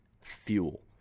fuel